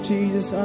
Jesus